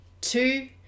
two